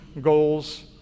goals